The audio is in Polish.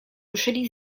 ruszyli